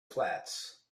flats